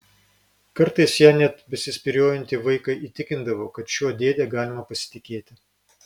kartais ja net besispyriojantį vaiką įtikindavo kad šiuo dėde galima pasitikėti